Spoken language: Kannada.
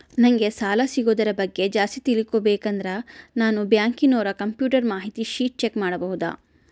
ನಂಗೆ ಸಾಲ ಸಿಗೋದರ ಬಗ್ಗೆ ಜಾಸ್ತಿ ತಿಳಕೋಬೇಕಂದ್ರ ನಾನು ಬ್ಯಾಂಕಿನೋರ ಕಂಪ್ಯೂಟರ್ ಮಾಹಿತಿ ಶೇಟ್ ಚೆಕ್ ಮಾಡಬಹುದಾ?